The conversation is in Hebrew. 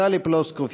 טלי פלוסקוב,